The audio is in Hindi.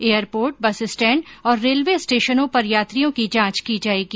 एयरपोर्ट बस स्टैण्ड और रेलवे स्टेशनों पर यात्रियों की जांच की जायेगी